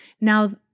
Now